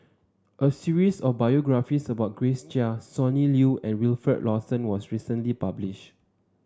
a series of biographies about Grace Chia Sonny Liew and Wilfed Lawson was recently published